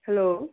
hello